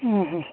ଉଁ ହୁଁ